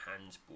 hands